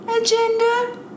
agenda